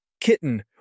kitten